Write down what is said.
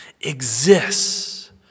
exists